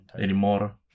anymore